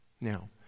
Now